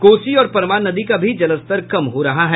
कोसी और परमान नदी का भी जलस्तर कम हो रहा है